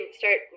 start